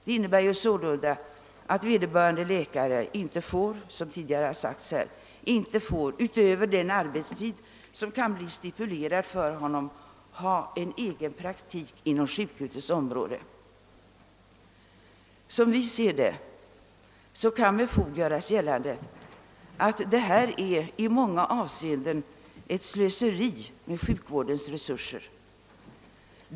Det innebär sålunda, såsom tidigare har sagts, alt en läkare förbjuds att ha egen praktik inom sjukhusets område utöver den arbetstid som är stipulerad för honom. Som vi ser det kan med fog göras gällande, att detta i många avseenden blir ett slöseri med sjukvårdens resurser.